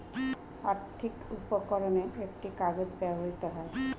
আর্থিক উপকরণে একটি কাগজ ব্যবহৃত হয়